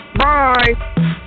Bye